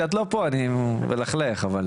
את